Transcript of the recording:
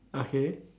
okay